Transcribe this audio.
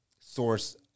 source